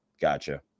gotcha